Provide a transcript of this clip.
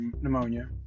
pneumonia